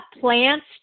plants